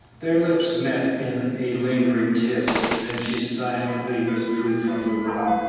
their lips met in a lingering kiss, then she silently withdrew from the room.